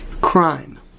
Crime